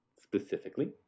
Specifically